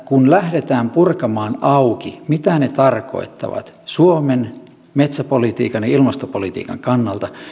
kun lähdetään purkamaan auki mitä ne tarkoittavat suomen metsäpolitiikan ja ilmastopolitiikan kannalta